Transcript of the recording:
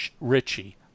Richie